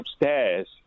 upstairs